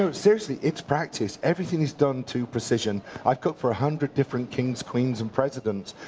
um seriously, it's practice. everything is done to precision i've cooked for a hundred different kings, queens and presidents.